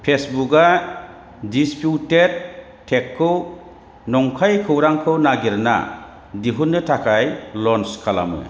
फेसबुका disputed टेगखौ नंखाय खौरांखौ नागिरना दिहुन्नो थाखाय लन्च खालामो